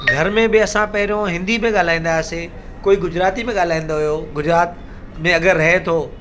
घर में बि असां पहिरियों हिंदी में ॻाल्हाईंदा हुआसीं कोई गुजराती में ॻाल्हाईंदो हुओ गुजरात में अगरि रहे थो